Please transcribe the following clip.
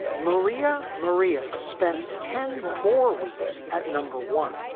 maria maria spent ten more weeks at number one,